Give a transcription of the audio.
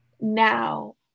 now